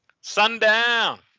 Sundown